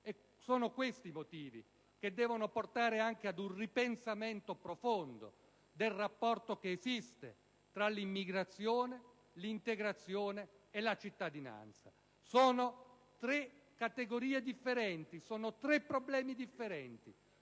Sono questi motivi che devono portare anche a un ripensamento profondo del rapporto che esiste tra l'immigrazione, l'integrazione e la cittadinanza: sono tre categorie e tre problemi differenti.